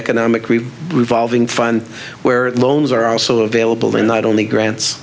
economic revolving fund where loans are also available and not only grants